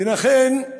ולכן,